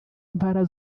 impala